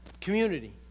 Community